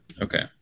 Okay